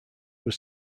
were